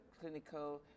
clinical